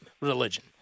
Religion